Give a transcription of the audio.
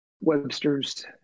Webster's